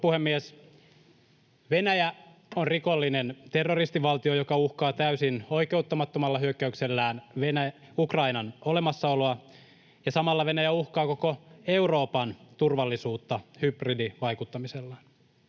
puhemies! Venäjä on rikollinen terroristivaltio, joka uhkaa täysin oikeuttamattomalla hyökkäyksellään Ukrainan olemassaoloa, ja samalla Venäjä uhkaa koko Euroopan turvallisuutta hybridivaikuttamisellaan.